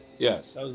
Yes